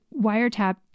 Wiretap